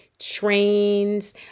trains